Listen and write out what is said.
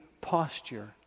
posture